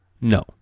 No